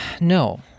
no